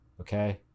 Okay